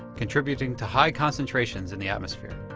contributing to high concentrations in the atmosphere.